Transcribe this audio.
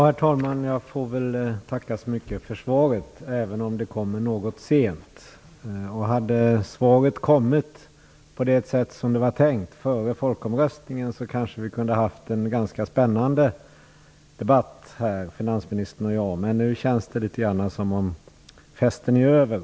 Herr talman! Jag får väl tacka så mycket för svaret, även om det kommer något sent. Om svaret hade kommit på det sätt som det var tänkt, dvs. före folkomröstningen hade kanske finansministern och jag kunnat ha en ganska spännande debatt. Men nu känns det som att festen är över.